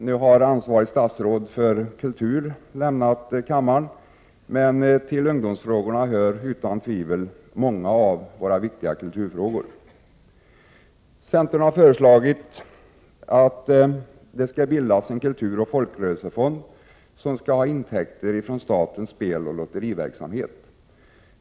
Nu har ansvarigt statsråd för kultur lämnat kammaren, men jag vill säga att till ungdomsfrågorna hör utan tvivel många av våra viktiga kulturfrågor. Centern har föreslagit att det skall bildas en kulturoch folkrörelsefond, som skall få intäkter från statens speloch lotteriverksamhet.